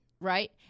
right